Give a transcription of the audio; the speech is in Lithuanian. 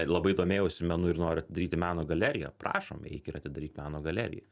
labai domėjausi menu ir noriu atidaryti meno galeriją prašom eik ir atidaryk meno galeriją